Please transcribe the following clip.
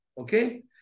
Okay